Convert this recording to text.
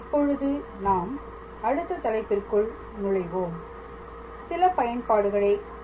இப்பொழுது நாம் அடுத்த தலைப்பிற்குள் நுழைவோம் சில பயன்பாடுகளை பார்ப்போம்